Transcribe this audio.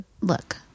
Look